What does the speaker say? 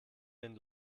den